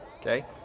Okay